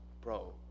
Bro